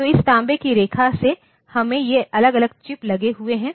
तो इस तांबे की रेखा से हमें ये अलग अलग चिप लगे हुए हैं